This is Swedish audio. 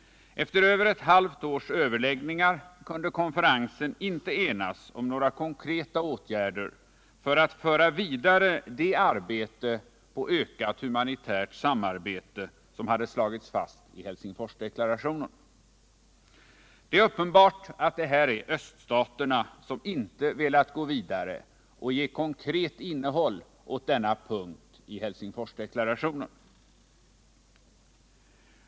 Efter över ett halvt års överläggningar kunde konferensen inte enas om några konkreta åtgärder för att föra vidare det arbete på ökat humanitärt samarbete som hade slagits fast i Helsingforsdeklarationen. Det är uppenbart att det här är öststaterna som inte velat gå vidare och ge konkret innehåll åt denna punkt i Helsingforsdeklarationen.